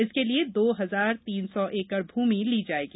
इसके लिए दो हज़ार तीन सौ एकड़ भूमि ली जायेगी